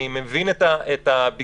אני מבין את הביקורת,